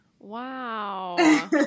Wow